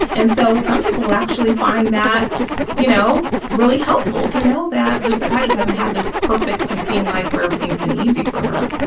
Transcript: and so some people will actually find that you know really helpful to know that this psychiatrist doesn't have this perfect, pristine life where everything has been easy for her.